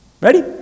ready